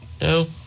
No